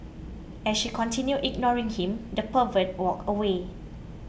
as she continued ignoring him the pervert walked away